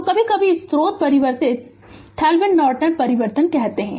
तो कभी कभी स्रोत परिवर्तन थेवेनिन नॉर्टन परिवर्तन कहते हैं